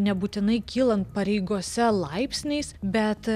nebūtinai kylant pareigose laipsniais bet